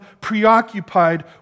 preoccupied